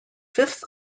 fifth